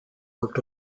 worked